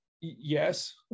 yes